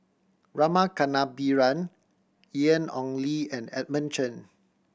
Rama Kannabiran Ian Ong Li and Edmund Chen